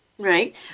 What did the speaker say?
Right